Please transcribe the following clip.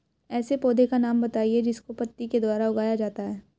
ऐसे पौधे का नाम बताइए जिसको पत्ती के द्वारा उगाया जाता है